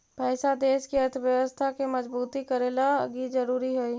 पैसा देश के अर्थव्यवस्था के मजबूत करे लगी ज़रूरी हई